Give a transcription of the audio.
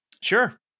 Sure